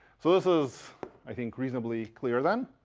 so this is i think reasonably clear then.